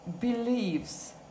believes